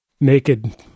naked